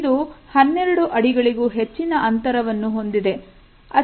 ಇದು ಹನ್ನೆರಡು ಅಡಿಗಳಿಗೂ ಹೆಚ್ಚಿನ ಅಂತರ ವನ್ನು ಹೊಂದಿದೆ